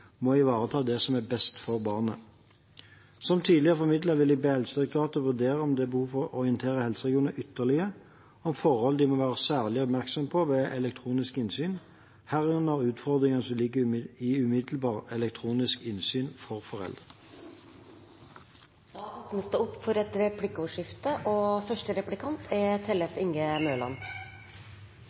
må ivareta det som er best for barnet. Som tidligere formidlet vil jeg be Helsedirektoratet vurdere om det er behov for å orientere helseregionene ytterligere om forhold de må være særlig oppmerksom på ved elektronisk innsyn, herunder utfordringer som ligger i umiddelbar elektronisk innsyn for foreldre. Det blir replikkordskifte.